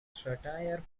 satire